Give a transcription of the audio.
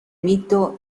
mito